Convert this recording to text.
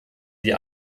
die